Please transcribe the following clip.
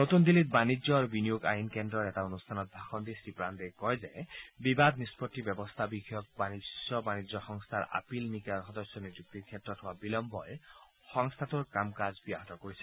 নতুন দিল্লীত বাণিজ্য আৰু বিনিয়োগ আইন কেন্দ্ৰৰ এটা অনুষ্ঠানত ভাষণ দি শ্ৰীপাণ্ডে কয় যে বিবাদ নিষ্পত্তি ব্যৱস্থা বিষয়ক বিশ্ব বাণিজ্য সংস্থাৰ আপীল নিগমৰ সদস্য নিযুক্তিৰ ক্ষেত্ৰত হোৱা বিলন্নই সংস্থাটোৰ কাম কাজ ব্যহত কৰিছে